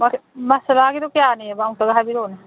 ꯃꯁꯂꯥꯒꯤꯗꯣ ꯀꯌꯥꯅꯦꯕ ꯑꯝꯇꯒ ꯍꯥꯏꯕꯤꯔꯛꯎꯅꯦ